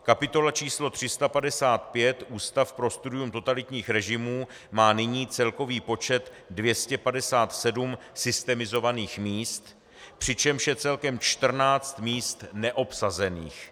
Kapitola č. 355 Ústav pro studium totalitních režimů má nyní celkový počet 257 systemizovaných míst, přičemž je celkem 14 míst neobsazených.